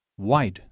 Wide